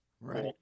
Right